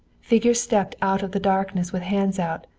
figures stepped out of the darkness with hands out.